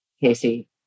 Casey